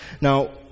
Now